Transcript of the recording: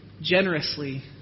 generously